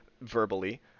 Verbally